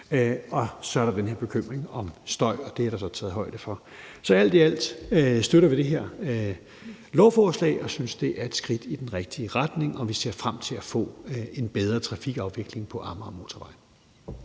Så er der den her bekymring om støj, og det er der så taget højde for. Alt i alt støtter vi det her lovforslag og synes, at det er et skridt i den rigtige retning, og vi ser frem til at få en bedre trafikafvikling på Amagermotorvejen.